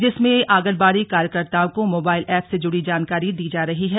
जिसमें आंगनबाड़ी कार्यकर्ताओं को मोबाइल एप से जुड़ी जानकारी दी जा रही है